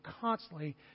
constantly